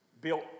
built